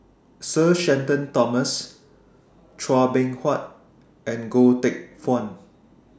Sir Shenton Thomas Chua Beng Huat and Goh Teck Phuan